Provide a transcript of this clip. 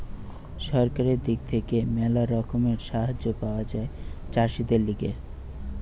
সরকারের দিক থেকে ম্যালা রকমের সাহায্য পাওয়া যায় চাষীদের লিগে